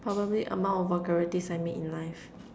probably amount of vulgarities I made in life